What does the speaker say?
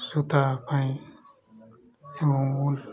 ସୂତା ପାଇଁ ଏବଂ ଉଲ